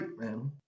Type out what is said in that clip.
man